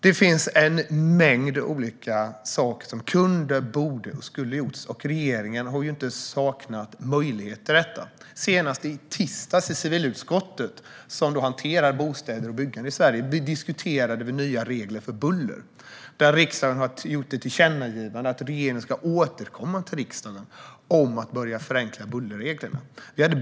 Det finns en mängd olika saker man kunde, borde och skulle ha gjort. Regeringen har inte heller saknat möjligheter; senast i tisdags i civilutskottet, som hanterar bostäder och byggande i Sverige, diskuterade vi nya regler för buller. Riksdagen har gjort ett tillkännagivande om att regeringen ska återkomma till riksdagen om att börja förenkla bullerreglerna.